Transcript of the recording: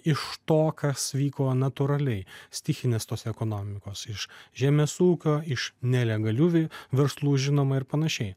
iš to kas vyko natūraliai stichinės tos ekonomikos iš žemės ūkio iš nelegalių verslų žinoma ir panašiai